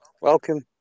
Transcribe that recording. Welcome